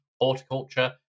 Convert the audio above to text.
horticulture